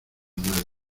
nadie